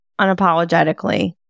unapologetically